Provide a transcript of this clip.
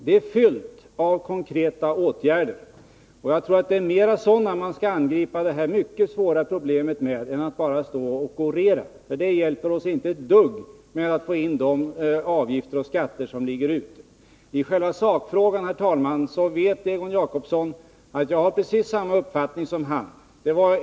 Det är fyllt av konkreta åtgärder. Det är med sådana man skall angripa detta mycket svåra problem, och inte bara med att stå och orera. Det hjälper oss nämligen inte ett dugg att få in de avgifter och skatter som ligger ute. Egon Jacobsson vet, herr talman, att jag har precis samma uppfattning som hani själva sakfrågan.